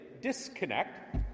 Disconnect